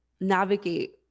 navigate